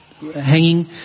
hanging